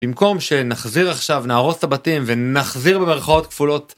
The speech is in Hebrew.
במקום שנחזיר עכשיו נהרוס את הבתים ונחזיר במרכאות כפולות.